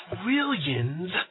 trillions